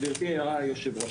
גברתי היושבת-ראש,